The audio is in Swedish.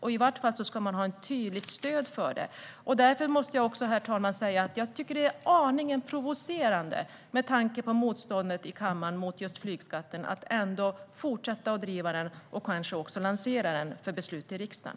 I vart fall ska man ha ett tydligt stöd för det, och därför måste jag också, herr talman, säga att jag tycker att det är aningen provocerande med tanke på motståndet i kammaren mot just flygskatten att ändå fortsätta att driva den och kanske också lansera den för beslut i riksdagen.